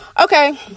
Okay